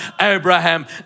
Abraham